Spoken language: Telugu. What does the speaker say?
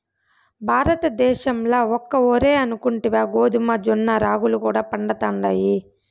భారతద్దేశంల ఒక్క ఒరే అనుకుంటివా గోధుమ, జొన్న, రాగులు కూడా పండతండాయి